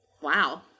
Wow